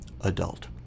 adult